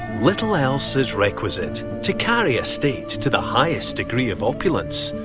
little else is requisite to carry a state to the highest degree of opulence.